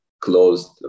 closed